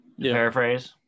Paraphrase